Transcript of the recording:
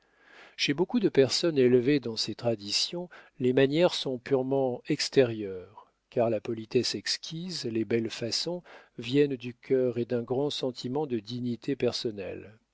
chez beaucoup de personnes élevées dans ces traditions les manières sont purement extérieures car la politesse exquise les belles façons viennent du cœur et d'un grand sentiment de dignité personnelle